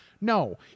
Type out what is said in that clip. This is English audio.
No